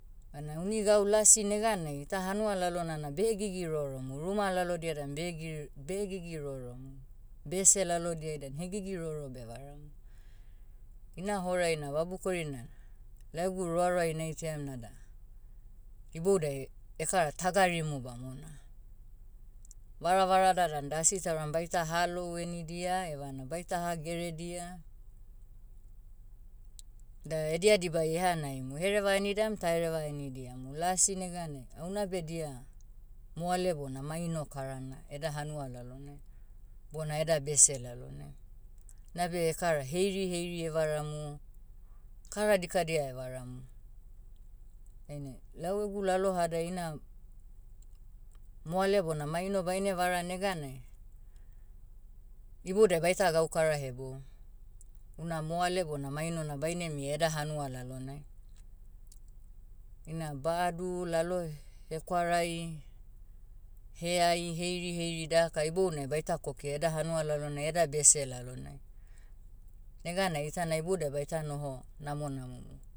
Bana uni gau lasi neganai ita hanua lalona na behegigi roromu ruma lalodia dan behegiri- behegigi roromu. Bese lalodiai dan hegigi roro bevaram. Ina horai na vabukori na, lau egu roaroai naitaiam nada, iboudai, ekara tagarimu bamona. Varavarada dan da asi tauram baita halou enidia evana baita hageredia. Da edia dibai ehanaimu. Ehereva henidam tahereva henidiamu lasi neganai, ah unabe dia, moale bona maino karana eda hanua lalonai. Bona eda bese lalonai. Nabe ekara heiri heiri evaramu, kara dikadia evaramu. Dainai lau egu lalohadai ina, moale bona maino baine vara neganai, iboudai baita gaukara hebou. Una moale bona maino na baine mia eda hanua lalonai. Ina badu laloh- hekwarai, heai heiri heiri daka ibounai baita kokea eda hanua lalonai eda bese lalonai. Neganai itana iboudai baita noho, namonamomu.